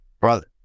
Brother